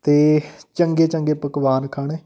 ਅਤੇ ਚੰਗੇ ਚੰਗੇ ਪਕਵਾਨ ਖਾਣੇ